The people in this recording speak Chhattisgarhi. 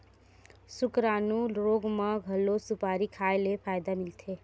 सुकरानू रोग म घलो सुपारी खाए ले फायदा मिलथे